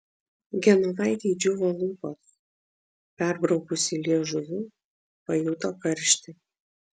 genovaitei džiūvo lūpos perbraukusi liežuviu pajuto karštį